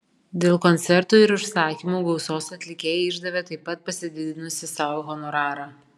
dėl koncertų ir užsakymų gausos atlikėja išdavė taip pat pasididinusi sau honorarą